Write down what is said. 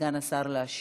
לסגן השר להשיב.